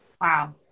Wow